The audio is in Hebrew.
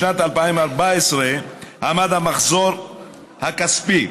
בשנת 2014 עמד המחזור הכספי